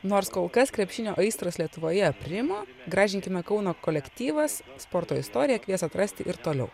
nors kol kas krepšinio aistros lietuvoje aprimo gražinkime kauną kolektyvas sporto istoriją kvies atrasti ir toliau